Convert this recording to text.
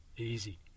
easy